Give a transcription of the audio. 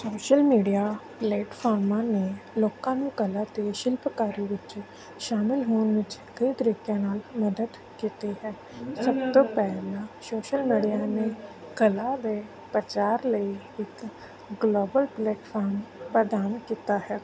social media ਪਲੇਟਫਾਰਮਾਂ ਨੇ ਲੋਕਾਂ ਨੂੰ ਕਲਾ ਅਤੇ ਸ਼ਿਲਪਕਾਰੀ ਵਿੱਚ ਸ਼ਾਮਿਲ ਹੋਣ ਵਿੱਚ ਕਈ ਤਰੀਕਿਆਂ ਨਾਲ ਮਦਦ ਕੀਤੀ ਹੈ ਸਭ ਤੋਂ ਪਹਿਲਾਂ ਸੋਸ਼ਲ ਮੀਡੀਆ ਨੇ ਕਲਾ ਦੇ ਪ੍ਰਚਾਰ ਲਈ ਇੱਕ ਗਲੋਬਲ ਪਲੇਟਫੋਮ ਪ੍ਰਦਾਨ ਕੀਤਾ ਹੈ